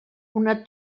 una